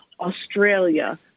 Australia